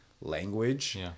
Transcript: language